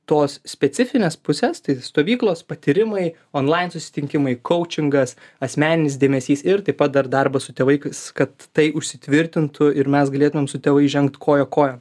tos specifinės pusės tai stovyklos patyrimai onlain susitinkimai koučingas asmeninis dėmesys ir taip pat dar darbas su tėvaikais kad tai užsitvirtintų ir mes galėtumėm su tėvais žengt koja kojon